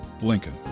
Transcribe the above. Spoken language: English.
Lincoln